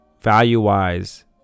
value-wise